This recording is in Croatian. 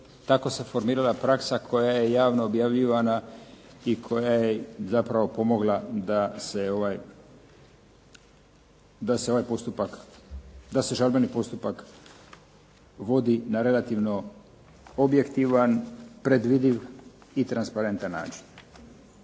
tako se formirala praksa koja je javno objavljivana i koja je zapravo pomogla da se ovaj postupak, da se žalbeni postupak vodi na relativno objektivan, predvidljiv i transparentan način.